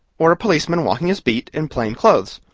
or a policeman walking his beat, in plain clothes.